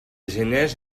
geners